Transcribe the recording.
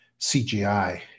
CGI